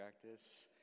practice